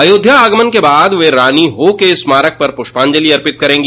अयोध्या आगमन के बाद वे रानी हो के स्मारक पर प्रष्पाजंलि अर्पित करेंगी